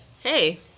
Hey